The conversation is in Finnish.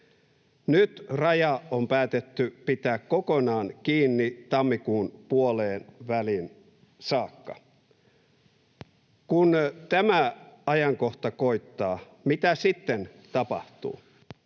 Nyt raja on päätetty pitää kokonaan kiinni tammikuun puoleenväliin saakka. Kun tämä ajankohta koittaa, mitä sitten tapahtuu?